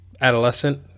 adolescent